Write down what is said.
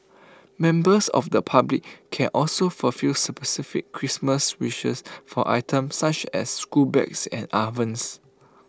members of the public can also fulfil specific Christmas wishes for items such as school bags and ovens